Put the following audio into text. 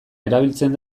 erabiltzen